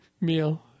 meal